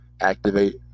Activate